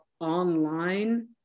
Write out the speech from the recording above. online